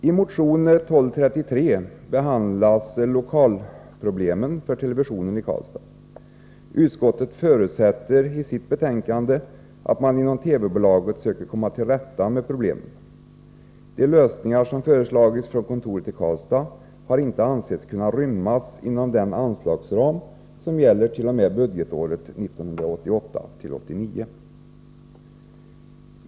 I motion 1233 behandlas lokalproblemen för televisionen i Karlstad. Utskottet förutsätter i betänkandet att man inom TV-bolaget försöker komma till rätta med problemet. De lösningar som har föreslagits från kontoret i Karlstad har inte ansetts rymmas inom den anslagsram som gäller t.o.m. budgetåret 1988/89.